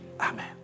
Amen